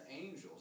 angels